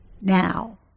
now